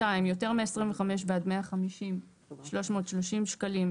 יותר מ-25 ועד 150 - 330 שקלים.